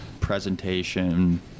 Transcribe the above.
presentation